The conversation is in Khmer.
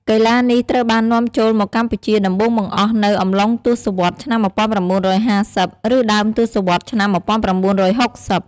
កីឡានេះត្រូវបាននាំចូលមកកម្ពុជាដំបូងបង្អស់នៅ អំឡុងទសវត្សរ៍ឆ្នាំ១៩៥០ ឬដើមទសវត្សរ៍ឆ្នាំ១៩៦០ ។